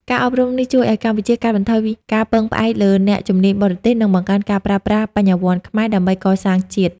ការអប់រំនេះជួយឱ្យកម្ពុជាកាត់បន្ថយការពឹងផ្អែកលើអ្នកជំនាញបរទេស និងបង្កើនការប្រើប្រាស់ "បញ្ញវន្តខ្មែរ" ដើម្បីកសាងជាតិ។